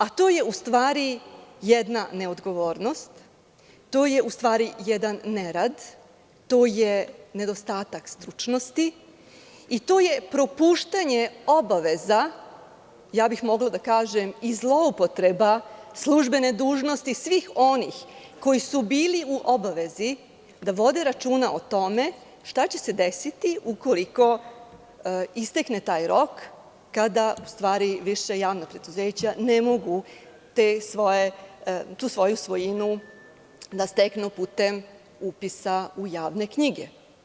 A to je, u stvari, jedna neodgovornost, to je, u stvari, jedan nerad, to je nedostatak stručnosti i to je propuštanje obaveza, ja bih mogla da kažem i zloupotreba službene dužnosti svih onih koji su bili u obavezi da vode računa o tome šta će se desiti ukoliko istekne taj rok, kada više javna preduzeća ne mogu tu svoju svojinu da steknu putem upisa u javne knjige.